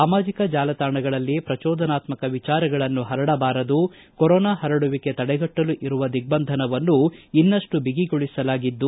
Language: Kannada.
ಸಾಮಾಜಿಕ ಜಾಲತಾಣಗಳಲ್ಲಿ ಪ್ರಜೋದನಾತ್ಮಕ ವಿಚಾರಗಳನ್ನು ಪರಡಬಾರದು ಕೊರೊನಾ ಪರಡುವಿಕೆ ತಡೆಗಟ್ಟಲು ಇರುವ ದಿಗ್ಗಂಧನವನ್ನು ಇನ್ನಷ್ಟು ಬಗಿಗೊಳಿಸಲಾಗಿದ್ದು